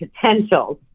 potentials